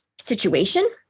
situation